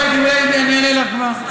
אולי אני באמת אענה לך כבר.